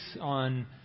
on